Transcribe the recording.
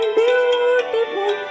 beautiful